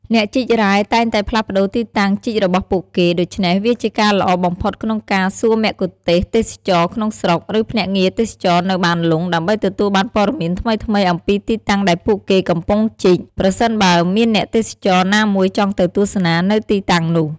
អ្នកជីករ៉ែតែងតែផ្លាស់ប្តូរទីតាំងជីករបស់ពួកគេ ដូច្នេះវាជាការល្អបំផុតក្នុងការសួរមគ្គុទ្ទេសក៍ទេសចរណ៍ក្នុងស្រុក ឬភ្នាក់ងារទេសចរណ៍នៅបានលុង ដើម្បីទទួលបានព័ត៌មានថ្មីៗអំពីទីតាំងដែលពួកគេកំពុងជីក ប្រសិនបើមានអ្នកទេសចរណាមួយចង់ទៅទស្សនានៅទីតាំងនោះ។